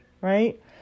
right